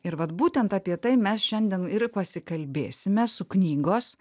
ir vat būtent apie tai mes šiandien ir pasikalbėsime su knygos